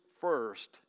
first